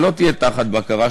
שלא תהיה תחת בקרה,